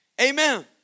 Amen